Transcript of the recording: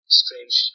strange